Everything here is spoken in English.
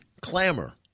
Clamor